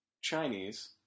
Chinese